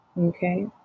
Okay